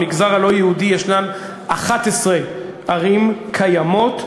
במגזר הלא-יהודי יש 11 ערים קיימות,